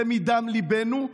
זה מדם ליבנו,